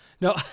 No